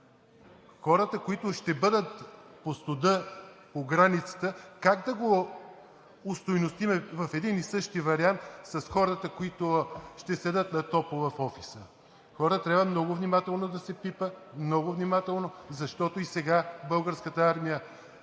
хората, които ще бъдат по студа, по границата, как да го остойностим в един и същи вариант с хората, които ще седят на топло в офиса? Хора, трябва много внимателно да се пипа, много внимателно, защото и сега в Българската армия